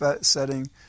setting